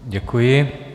Děkuji.